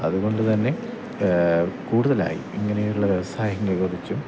അതുകൊണ്ടുതന്നെ കൂടുതലായി ഇങ്ങനെയുള്ള വ്യവസായങ്ങളെ കുറിച്ചും